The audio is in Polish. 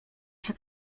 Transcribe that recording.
się